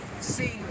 see